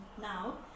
now